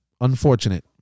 unfortunate